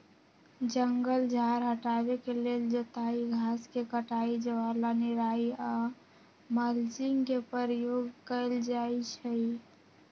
जङगल झार हटाबे के लेल जोताई, घास के कटाई, ज्वाला निराई आऽ मल्चिंग के प्रयोग कएल जाइ छइ